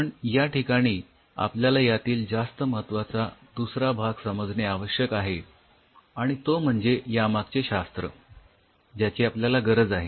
पण या ठिकाणी आपल्याला यातील जास्त महत्वाचा दुसरा भाग समजणे आवश्यक आहे आणि तो म्हणजे यामागचे शास्त्र ज्याची आपल्याला गरज आहे